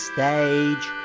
Stage